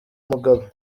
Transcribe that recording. mugabe